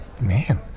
man